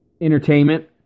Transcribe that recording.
entertainment